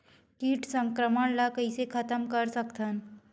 कीट संक्रमण ला कइसे खतम कर सकथन?